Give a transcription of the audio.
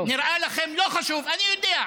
טוב, נראה לכם לא חשוב, אני יודע.